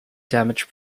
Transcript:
damage